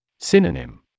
Synonym